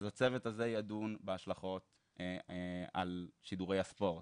אז הצוות הזה ידון בהשלכות על שידורי הספורט.